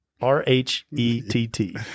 R-H-E-T-T